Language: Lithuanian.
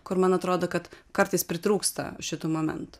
kur man atrodo kad kartais pritrūksta šitų momentų